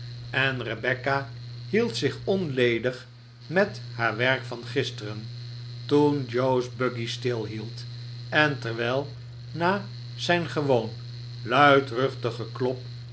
en rebecca hield zich onledig met haar werk van gisteren toen joe's buggy stil hield en terwijl na zijn gewoon luidruchtig geklop